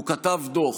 הוא כתב דוח,